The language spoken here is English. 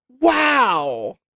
Wow